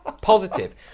positive